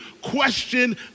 Question